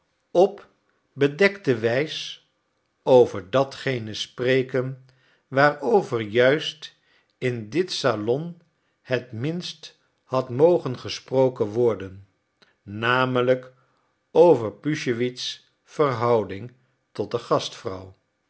op bedekte wijs over datgene spreken waarover juist in dit salon het minst had mogen gesproken worden namelijk over puschewitz verhouding tot de gastvrouw